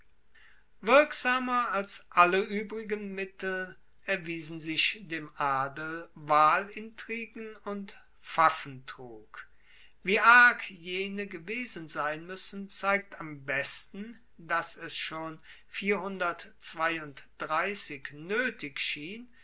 wirksamer als alle uebrigen mittel erwiesen sich dem adel wahlintrigen und pfaffentrug wie arg jene gewesen sein muessen zeigt am besten dass es schon noetig schien